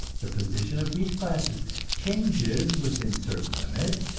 the position of these classes changes within certain limits,